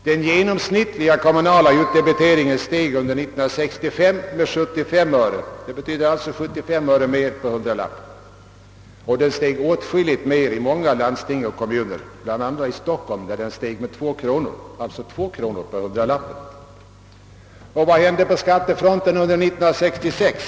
Den genomsnittliga kommunala utdebiteringen steg under 1965 med 75 öre. Den steg åtskilligt mer i många landsting och kommuner, bl.a. i Stockholm där den steg med 2 kronor per hundralapp. Och vad hände på skattefronten 1966?